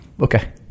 Okay